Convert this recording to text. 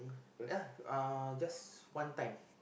ya uh just one time